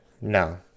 no